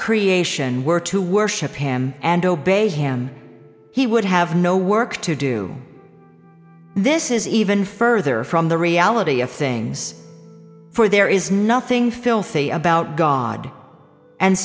creation were to worship him and obey him he would have no work to do this is even further from the reality of things for there is nothing filthy about god and